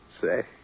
Say